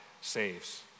saves